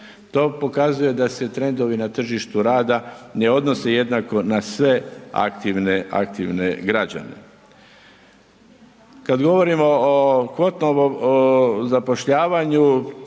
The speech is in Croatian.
To pokazuje da se trendovi na tržištu rada, ne odnose jednako na sve aktivne građane. Kada govorimo o …/Govornik